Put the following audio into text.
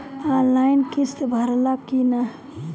Online किस्त भराला कि ना?